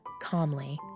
calmly